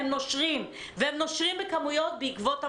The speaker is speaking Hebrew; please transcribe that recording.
והם נושאים בכמויות בעקבות המשבר.